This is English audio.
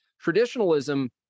traditionalism